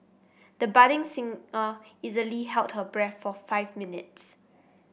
the budding singer easily held her breath for five minutes